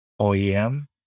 OEM